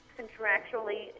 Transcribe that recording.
contractually